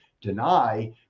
deny